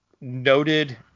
noted